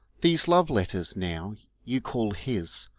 these love-letters, now, you call his.